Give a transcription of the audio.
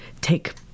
take